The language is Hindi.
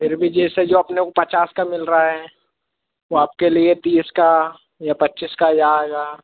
फिर भी जेसे जो अपने को पचास का मिल रहा है वो आपके लिए तीस का या पच्चीस का आ जाएगा